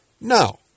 No